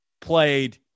played